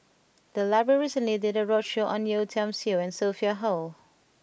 the library recently did a roadshow on Yeo Tiam Siew and Sophia Hull